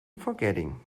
forgetting